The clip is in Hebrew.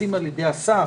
מתבצעים על ידי השר,